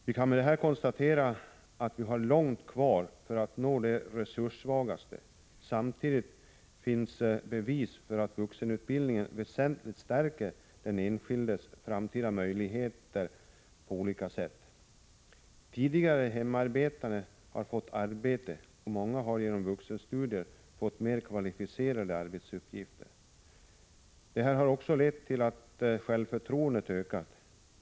Vi kan med det här konstatera att vi har långt kvar till att ha nått de resurssvagaste. Samtidigt finns bevis för att vuxenutbildningen väsentligt stärker den enskildes framtida möjligheter på olika sätt. Tidigare hemarbetande har fått arbete utanför hemmet, och många har genom vuxenstudier fått mera kvalificerade arbetsuppgifter. Detta har lett till att självförtroendet ökat.